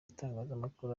itangazamakuru